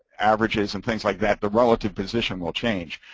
averages and things like that, the relative position will change.